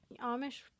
Amish